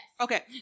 Okay